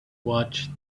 watched